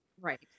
Right